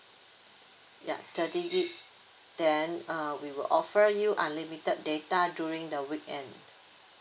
ya thirty gigabyte then uh we will offer you unlimited data during the weekend